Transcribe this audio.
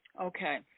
Okay